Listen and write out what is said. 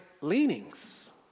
leanings